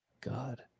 God